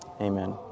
Amen